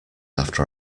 after